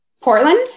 Portland